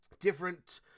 different